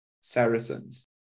Saracens